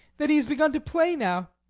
then he has begun to play now?